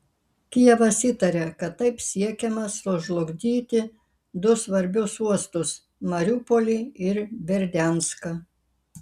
kijevas įtaria kad taip siekiama sužlugdyti du svarbius uostus mariupolį ir berdianską